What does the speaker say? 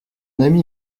ami